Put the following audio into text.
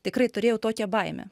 tikrai turėjau tokią baimę